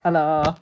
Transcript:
hello